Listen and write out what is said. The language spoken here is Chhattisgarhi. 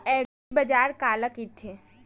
एग्रीबाजार काला कइथे?